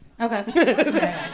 Okay